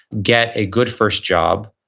get a good first job,